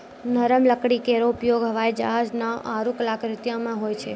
नरम लकड़ी केरो प्रयोग हवाई जहाज, नाव आरु कलाकृति म होय छै